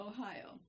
Ohio